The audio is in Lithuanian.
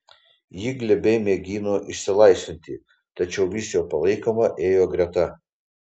ji glebiai mėgino išsilaisvinti tačiau vis jo palaikoma ėjo greta